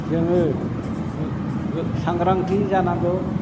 जोङो सांग्रांथि जानांगौ